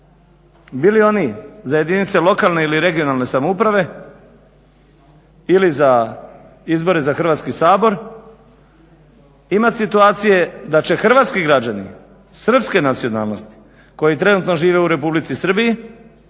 bili oni za jedinice lokalne ili regionalne samouprave ili za izbora za Hrvatski sabor imat situacije da će hrvatski građani srpske nacionalnosti koji trenutno žive u Republici Srbiji